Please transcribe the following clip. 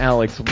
Alex